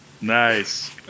Nice